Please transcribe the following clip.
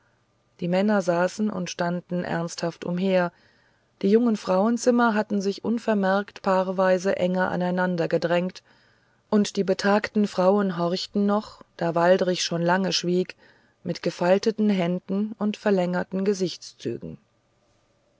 die männer saßen und standen ernsthaft umher die jungen frauenzimmer hatten sich unvermerkt paarweise enger aneinander gedrängt und die betagten frauen horchten noch da waldrich schon lange schwieg mit gefalteten händen und verlängerten gesichtszügen